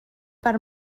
per